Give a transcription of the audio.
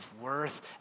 worth